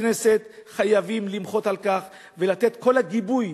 ככנסת חייבים למחות על כך ולתת את כל הגיבוי